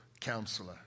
counselor